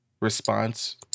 response